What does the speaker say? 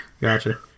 Gotcha